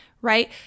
right